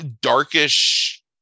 darkish